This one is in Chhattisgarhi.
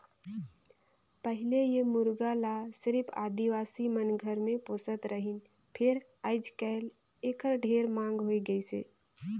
पहिले ए मुरगा ल सिरिफ आदिवासी मन घर मे पोसत रहिन फेर आयज कायल एखर ढेरे मांग होय गइसे